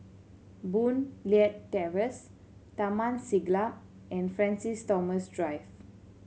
Boon Leat Terrace Taman Siglap and Francis Thomas Drive